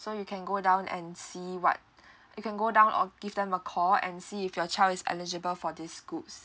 so you can go down and see what you can go down or give them a call and see if your child is eligible for this schools